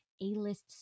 A-list